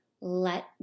let